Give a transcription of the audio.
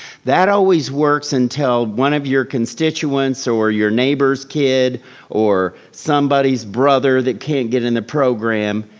that always works until one of your constituents or your neighbor's kid or somebody's brother that can't get in the program.